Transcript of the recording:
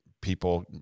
people